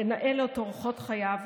לנהל את אורחות חייו,